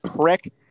prick